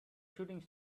shooting